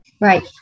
Right